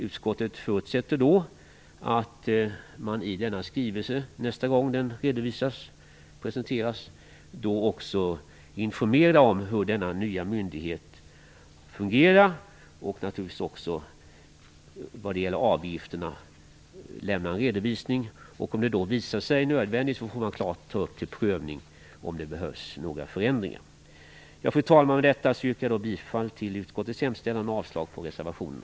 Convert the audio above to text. Utskottet förutsätter att regeringen, när skrivelsen presenteras nästa gång, informerar om hur denna nya myndighet fungerar och naturligtvis också lämnar en redovisning för avgifterna. Om det då visar sig vara nödvändigt med förändringar får man ta upp detta till prövning. Fru talman! Med det anförda yrkar jag bifall till utskottets hemställan och avslag på reservationerna.